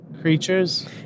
creatures